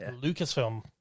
Lucasfilm